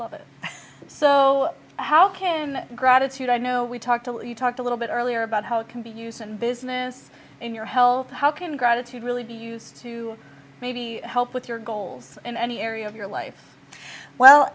love it so how can gratitude i know we talked a lot you talked a little bit earlier about how it can be used in business in your health how can gratitude really be used to maybe help with your goals in any area of your life well